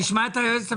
נשמע את היועצת המשפטית.